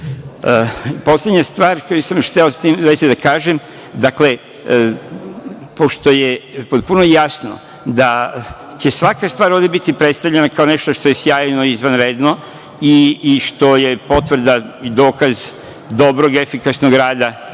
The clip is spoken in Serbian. bilo. Poslednja stvar koju sam još hteo u vezi sa tim da kažem, dakle, pošto je potpuno jasno da će svaka stvar ovde biti predstavljena kao nešto što je sjajno i izvanredno i što je potvrda i dokaz dobrog efikasnog rada